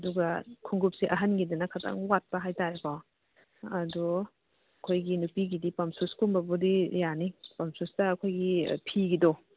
ꯑꯗꯨꯒ ꯈꯣꯡꯎꯞꯁꯦ ꯑꯍꯟꯒꯤꯗꯅ ꯈꯇꯪ ꯋꯥꯠꯄ ꯍꯥꯏꯇꯔꯦꯀꯣ ꯑꯗꯣ ꯑꯩꯈꯣꯏꯒꯤ ꯅꯨꯄꯤꯒꯤꯗꯤ ꯄꯝ ꯁꯨꯁ ꯀꯨꯝꯕꯕꯨꯗꯤ ꯌꯥꯅꯤ ꯄꯝ ꯁꯨꯁꯇ ꯑꯩꯈꯣꯏꯒꯤ ꯐꯤꯒꯤꯗꯣ